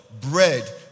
Bread